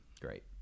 Great